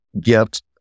get